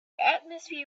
atmosphere